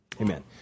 Amen